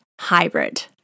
hybrid